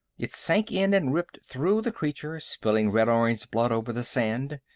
it sank in and ripped through the creature, spilling red-orange blood over the sand.